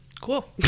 Cool